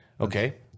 Okay